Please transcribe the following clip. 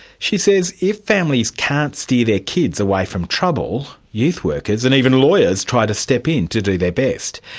she says if families can't steer their kids away from trouble, youth workers, and even lawyers, try to step in to do their best.